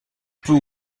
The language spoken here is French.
peut